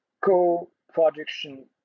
co-production